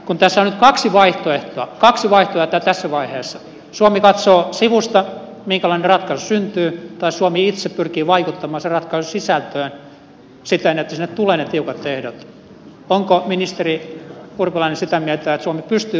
kun tässä on nyt kaksi vaihtoehtoa kaksi vaihtoehtoa tässä vaiheessa suomi katsoo sivusta minkälainen ratkaisu syntyy tai suomi itse pyrkii vaikuttamaan sen ratkaisun sisältöön siten että sinne tulee ne tiukat ehdot onko ministeri urpilainen sitä mieltä että suomi pystyy vaikuttamaan näihin ehtoihin